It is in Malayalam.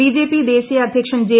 ബിജെപി ദേശീയ അദ്ധ്യക്ഷൻ ജെ